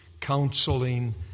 counseling